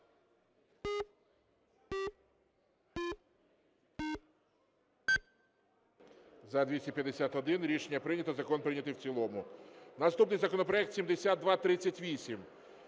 За-251 Рішення прийнято. Закон прийнятий в цілому. Наступний законопроект – 7238.